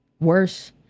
worse